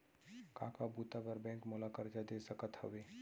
का का बुता बर बैंक मोला करजा दे सकत हवे?